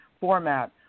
format